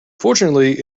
fortunately